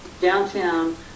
Downtown